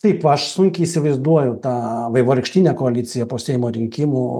taip aš sunkiai įsivaizduoju tą vaivorykštinę koaliciją po seimo rinkimų